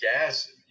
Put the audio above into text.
gas